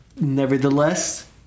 Nevertheless